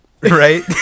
Right